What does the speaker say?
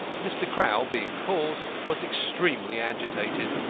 mr. crowl, being called, was extremely agitated.